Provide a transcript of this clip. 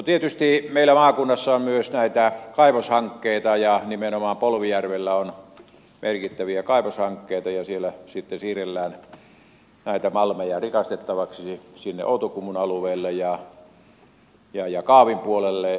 tietysti meillä maakunnassa on myös näitä kaivoshankkeita ja nimenomaan polvijärvellä on merkittäviä kaivoshankkeita ja siellä sitten siirrellään näitä malmeja rikastettavaksi outokummun alueelle ja kaavin puolelle